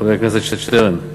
חבר הכנסת שטרן,